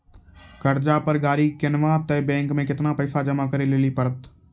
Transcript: कर्जा पर गाड़ी किनबै तऽ बैंक मे केतना पैसा जमा करे लेली पड़त?